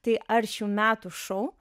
tai ar šių metų šou